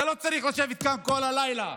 אתה לא צריך לשבת כאן כל הלילה